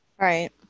Right